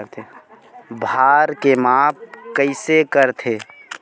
भार के माप कइसे करथे?